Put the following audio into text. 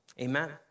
amen